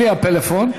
בלי הפלאפון.